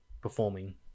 performing